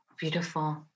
Beautiful